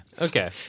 Okay